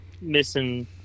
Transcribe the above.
missing